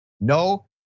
no